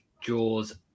jaws